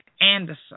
Anderson